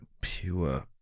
pure